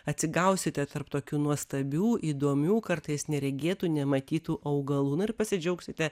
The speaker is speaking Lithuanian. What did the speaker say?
atsigausite tarp tokių nuostabių įdomių kartais neregėtų nematytų augalų na ir pasidžiaugsite